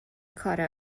کار